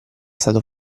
stato